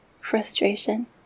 frustration